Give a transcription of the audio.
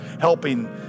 helping